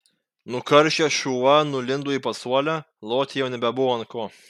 nukaršęs šuva nulindo į pasuolę loti jau nebebuvo ant ko